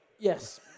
Yes